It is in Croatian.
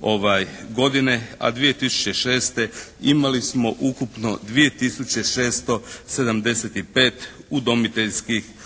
2006. godine, a 2006. imali smo ukupno 2 tisuće 675 udomiteljskih obitelji.